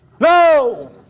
No